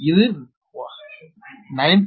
இது 9